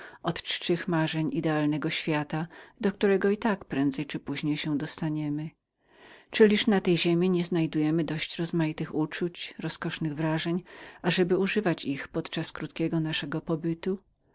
nad czcze marzenia idealnego świata do którego i tak prędzej czy później się dostaniemy czyliż ta ziemia nieprzedstawia nam dość rozmaitych uczuć roskosznych wrażeń ażeby używać ich podczas krótkiego naszego pobytu